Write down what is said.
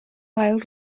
ail